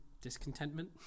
discontentment